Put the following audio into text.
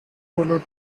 polo